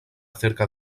cerca